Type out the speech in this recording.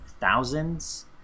thousands